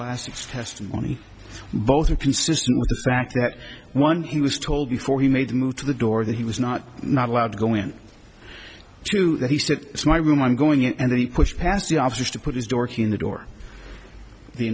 week's testimony both are consistent with the fact that one he was told before he made the move to the door that he was not not allowed to go in to that he said it's my room i'm going and then he pushed past the obvious to put his dork in the door the